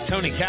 Tony